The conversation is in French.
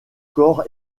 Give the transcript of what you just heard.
corps